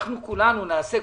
אנחנו כולנו נעשה,